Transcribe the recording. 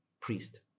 priest